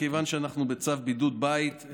מכיוון שאנחנו בצו בידוד בית,